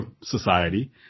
society